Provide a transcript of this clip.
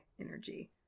energy